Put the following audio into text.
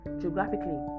geographically